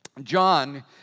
John